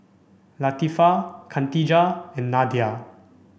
Latifa Khatijah and Nadia